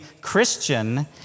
Christian